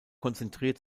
konzentriert